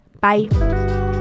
bye